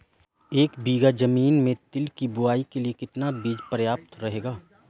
एक बीघा ज़मीन में तिल की बुआई के लिए कितना बीज प्रयाप्त रहेगा?